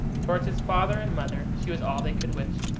towards his father and mother, she was all they could wish.